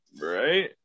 Right